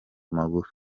magufi